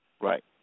Right